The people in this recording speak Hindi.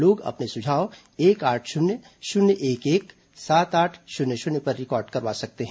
लोग अपने सुझाव एक आठ शून्य शून्य एक एक सात आठ शून्य शून्य पर रिकॉर्ड करवा सकते हैं